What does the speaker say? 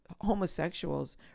homosexuals